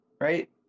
right